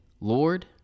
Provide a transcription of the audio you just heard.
Lord